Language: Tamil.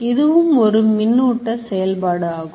இதுவும் ஒரு மின்னோட்ட செயல்பாடு ஆகும்